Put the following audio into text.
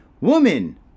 Woman